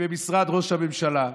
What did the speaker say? במשרד ראש הממשלה,